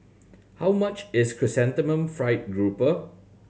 how much is Chrysanthemum Fried Grouper